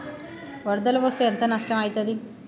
వరదలు వస్తే ఎంత నష్టం ఐతది?